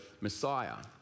Messiah